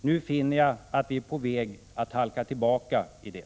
Nu finner jag att vi är på väg att halka tillbaka i det.”